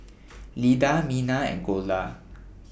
Lida Mina and Golda